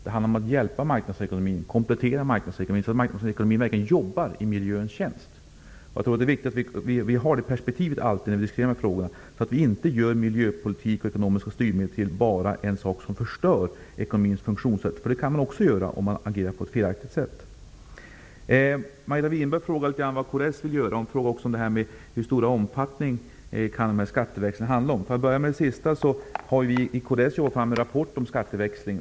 Det handlar om att hjälpa och komplettera marknadsekonomin så att den verkligen jobbar i miljöns tjänst. Jag tror att det är viktigt att vi alltid har det perspektivet när vi diskuterar dessa frågor, så att vi inte bara gör miljöpolitik och ekonomiska styrmedel till något som förstör ekonomins funktionssätt. Det kan man nämligen göra om man agerar på ett felaktigt sätt. Margareta Winberg frågar vad kds vill göra. Hon frågar också hur stor omfattningen är av skatteväxlingen. Jag börjar med att kommentera det sista. Vi i kds har arbetat fram en rapport om skatteväxling.